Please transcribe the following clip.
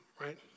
right